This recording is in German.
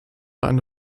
eine